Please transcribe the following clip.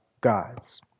God's